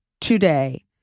today